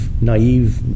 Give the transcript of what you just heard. naive